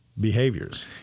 behaviors